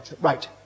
right